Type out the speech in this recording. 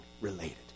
related